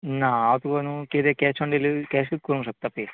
ना हांव तुका न्हू कितें कॅश ऑन डिलीवरी कॅशूत करूंक शकता पे